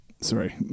sorry